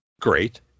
great